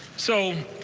so,